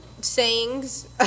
sayings